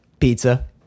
Pizza